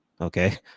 Okay